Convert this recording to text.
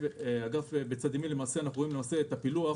בגרף בצד ימין אנחנו רואים את הפילוח,